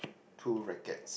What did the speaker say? two rackets